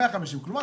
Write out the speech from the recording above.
150 שקלים,